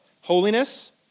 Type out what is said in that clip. holiness